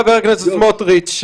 חבר הכנסת סמוטריץ',